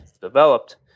developed